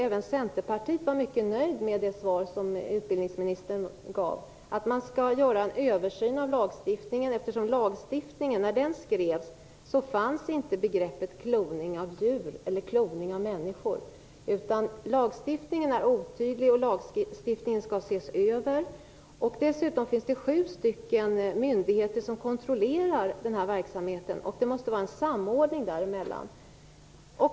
Även Centerpartiet var mycket nöjt med det svar som utbildningsministern gav. När lagstiftningen skrevs fanns inte begreppet kloning av djur eller kloning av människor. Lagstiftningen är otydlig, och lagstiftningen skall ses över. Dessutom finns det sju myndigheter som kontrollerar denna verksamhet. Det måste vara en samordning däremellan.